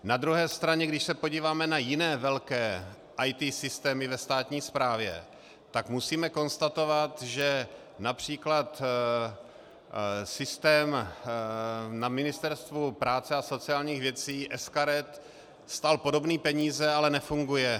Na druhé straně, když se podíváme na jiné velké IT systémy ve státní správě, tak musíme konstatovat, že např. systém na Ministerstvu práce a sociálních věcí sKaret stál podobné peníze, ale nefunguje.